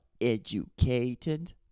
educated